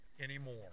anymore